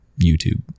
youtube